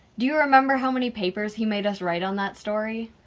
do you remember how many papers he made us write on that story!